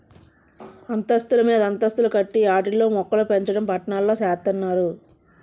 అంతస్తులు మీదంతస్తులు కట్టి ఆటిల్లో మోక్కలుపెంచడం పట్నాల్లో సేత్తన్నారు